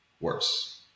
worse